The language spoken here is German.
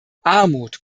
armut